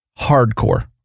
Hardcore